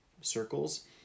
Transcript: circles